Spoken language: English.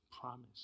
promise